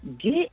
Get